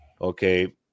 Okay